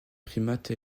primates